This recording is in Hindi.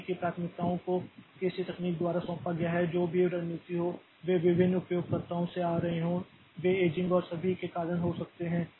इसलिए कि प्राथमिकताओं को किसी तकनीक द्वारा सौंपा गया है जो भी रणनीति हो वे विभिन्न उपयोगकर्ताओं से आ रहे हों वे एजिंग और सभी के कारण हो सकते हैं